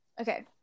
Okay